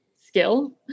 skill